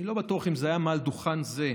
אני לא בטוח אם זה היה מעל דוכן זה,